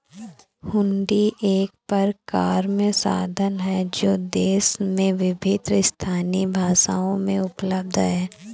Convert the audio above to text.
हुंडी एक परक्राम्य साधन है जो देश में विभिन्न स्थानीय भाषाओं में उपलब्ध हैं